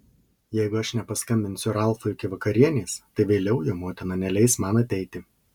jeigu aš nepaskambinsiu ralfui iki vakarienės tai vėliau jo motina neleis man ateiti